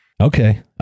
Okay